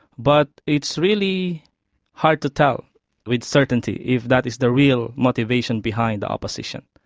but it's really hard to tell with certainty if that is the real motivation behind the opposition.